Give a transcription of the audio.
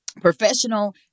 professional